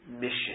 mission